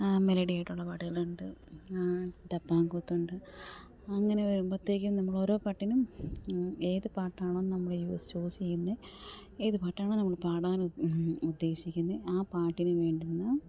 melody ആയിട്ടുള്ള പാട്ടുകളുണ്ട് ഡപ്പാ കൂത്തുണ്ട് അങ്ങനെ വരുമ്പോഴത്തേക്കും നമ്മളോരോ പാട്ടിനും ഏതു പാട്ടാണോ നമ്മൾ ചൂസ് ചെയ്യുന്നത് ഏതു പാട്ടാണോ നമ്മൾ പാടാൻ ഉദ്ദേശിക്കുന്നത് ആ പാട്ടിനു വേണ്ടുന്ന